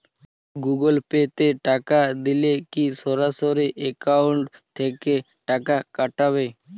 Google Pay তে টাকা দিলে কি সরাসরি অ্যাকাউন্ট থেকে টাকা কাটাবে?